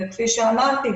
וכפי שאמרתי,